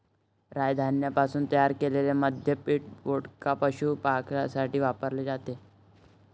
राय धान्यापासून तयार केलेले मद्य पीठ, वोडका, पशुखाद्यासाठी वापरले जाते